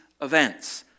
events